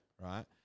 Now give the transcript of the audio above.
right